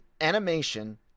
Animation